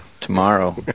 Tomorrow